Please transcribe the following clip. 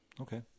Okay